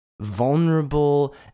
vulnerable